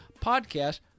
podcast